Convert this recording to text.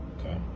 Okay